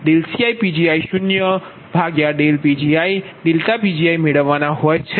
તમારે CTi1mCiPgi0i1mCiPgi0Pgi∆Pgi મેળવવા હોય છે